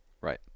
Right